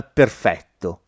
perfetto